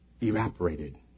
evaporated